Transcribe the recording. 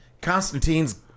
Constantine's